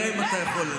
נראה אם אתה יכול,